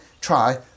Try